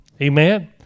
Amen